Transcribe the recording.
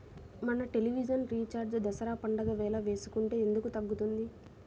మన television recharge Dasara పండగ వేళ వేసుకుంటే ఎందుకు తగ్గుతుంది?